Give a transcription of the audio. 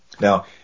Now